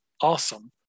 awesome